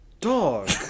Dog